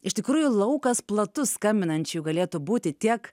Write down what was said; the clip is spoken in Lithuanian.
iš tikrųjų laukas platus skambinančiųjų galėtų būti tiek